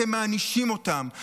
אתם מענישים אותם,